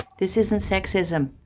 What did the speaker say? this isn't sexism,